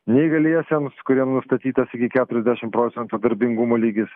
neįgaliesiems kuriem nustatytas iki keturiasdešimt procentų darbingumo lygis